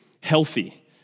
healthy